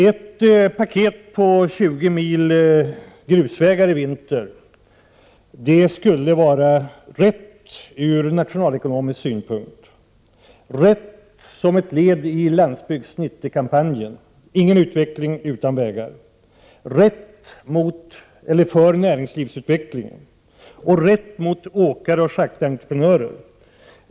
Ett paket på 20 mil grusvägar i vinter skulle vara rätt ur nationalekonomisk synpunkt, rätt som ett led i Landsbygd 90-kampanjen — ingen utveckling utan vägar —, rätt för näringslivsutvecklingen och rätt gentemot åkare och schaktentreprenörer.